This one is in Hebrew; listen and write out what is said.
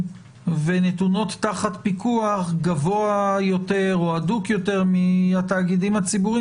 ונתונות תחת פיקוח גבוה יותר או הדוק יותר מהתאגידים הציבוריים